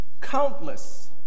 countless